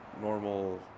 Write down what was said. normal